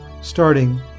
starting